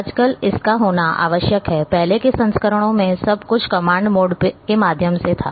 आजकल इसका होना आवश्यक है पहले के संस्करणों में सब कुछ कमांड मोड के माध्यम से था